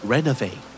Renovate